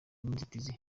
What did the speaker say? n’inzitizi